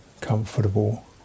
comfortable